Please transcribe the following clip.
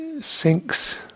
sinks